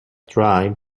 tribe